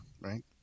right